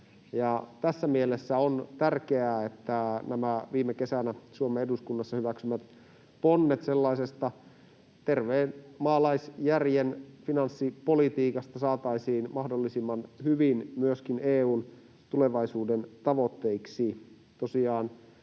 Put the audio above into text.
Tässä mielessä on tärkeää, että nämä viime kesänä Suomen eduskunnassa hyväksymät ponnet sellaisesta terveen maalaisjärjen finanssipolitiikasta saataisiin mahdollisimman hyvin myöskin EU:n tulevaisuuden tavoitteiksi.